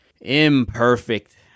imperfect